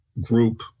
group